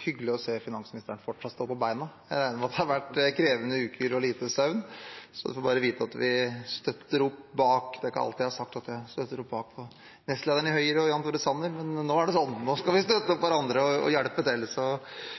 hyggelig å se at finansministeren fortsatt står på beina. Jeg regner med at det har vært krevende uker og lite søvn, så han skal bare vite at vi støtter opp bak. Det er ikke alltid jeg har sagt at jeg støtter opp om nestlederen i Høyre, Jan Tore Sanner, men nå er det sånn. Nå skal vi støtte opp om hverandre og hjelpe til,